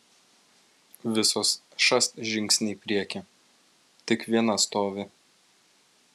visos šast žingsnį į priekį tik viena stovi